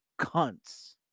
cunts